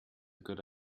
good